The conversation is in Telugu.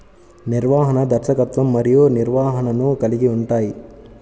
నిర్వహణ, దర్శకత్వం మరియు నిర్వహణను కలిగి ఉంటాయి